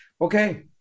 okay